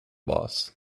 boss